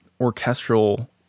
orchestral